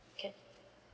can